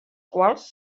quals